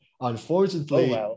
Unfortunately